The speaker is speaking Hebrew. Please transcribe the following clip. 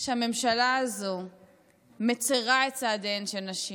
שהממשלה הזו מצירה את צעדיהן של נשים,